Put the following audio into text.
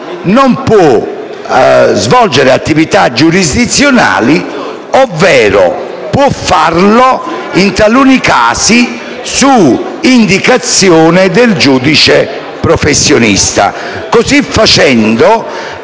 non potrà svolgere attività giurisdizionali, ovvero potrà farlo solo in taluni casi, su indicazione del giudice professionista. Così facendo,